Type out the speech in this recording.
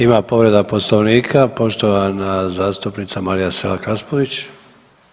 Ima povreda Poslovnika, poštovana zastupnica Marija Selak Raspudić.